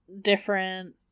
different